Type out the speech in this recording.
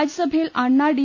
രാജ്യസഭയിൽ അണ്ണാ ഡി